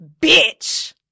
bitch